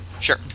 Sure